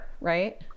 right